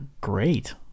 great